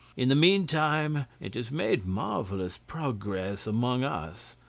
in the meantime, it has made marvellous progress among us,